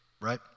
Right